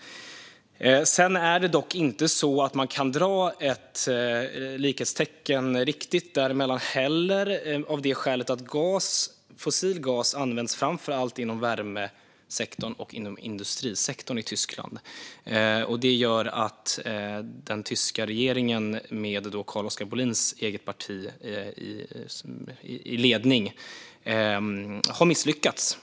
Man kan dock inte riktigt dra ett likhetstecken däremellan. Fossil gas används framför allt inom värme och industrisektorerna i Tyskland. Den tyska regeringen, med Carl-Oskar Bohlins eget parti i ledningen, har därigenom misslyckats.